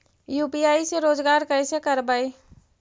UPI से रोजगार कैसे करबय?